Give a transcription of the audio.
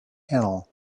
channel